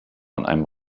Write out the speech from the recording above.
einem